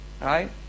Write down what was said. Right